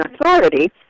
authority